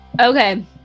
Okay